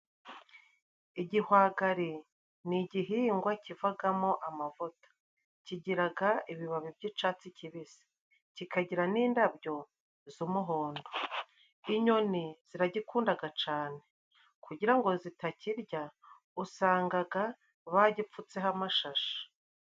Igihwagari ni igihingwa kivagamo amavuta, kigiraga ibibabi by'icatsi kibisi kikagira n'indabyo z'umuhondo, inyoni ziragikundaga cane, kugira ngo zitakirya usangaga bagipfutseho amashashi.